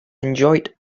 enjoyed